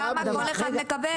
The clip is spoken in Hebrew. כמה כל אחד מקבל.